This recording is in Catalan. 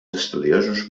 estudiosos